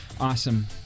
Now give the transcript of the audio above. Awesome